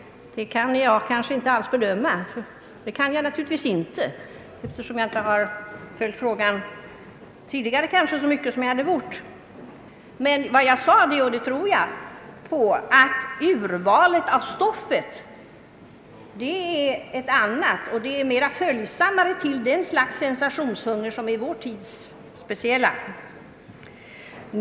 Det kan jag inte alls bedöma, eftersom jag tidigare inte följt frågan så noga som jag bort. Vad jag sade — och det tror jag på — är att urvalet av stoffet är ett annat och mera anpassar sig till den sensationshunger, som är speciell för vår tid.